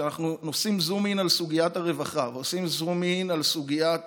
כשאנחנו עושים זום אין על סוגיית הרווחה ועושים זום אין על סוגיית